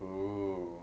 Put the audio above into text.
oo